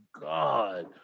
God